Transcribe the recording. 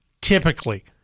typically